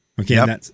Okay